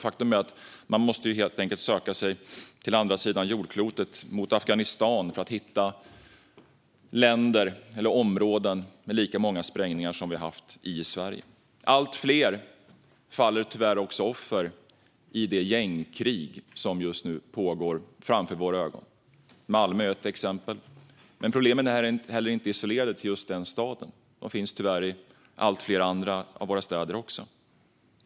Faktum är att man måste söka sig till andra sidan jordklotet, mot Afghanistan, för att hitta länder eller områden med lika många sprängningar som det har varit i Sverige. Allt fler faller tyvärr också offer i de gängkrig som just nu pågår framför våra ögon. Malmö är ett exempel. Men problemen är inte isolerade till just den staden. De finns tyvärr i allt fler andra städer också.